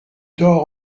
dort